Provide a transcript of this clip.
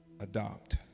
adopt